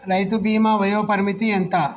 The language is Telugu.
రైతు బీమా వయోపరిమితి ఎంత?